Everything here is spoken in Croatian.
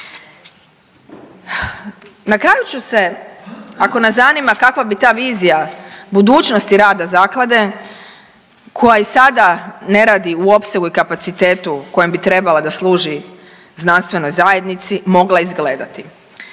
Na kraju ću se ako nas zanima kakva bi ta vizija budućnosti rada zaklade koja i sada ne radi u opsegu i kapacitetu kojem bi trebala da služi znanstvenoj zajednici mogla izgledati.